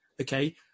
Okay